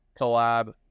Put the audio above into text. collab